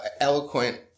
eloquent